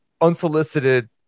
unsolicited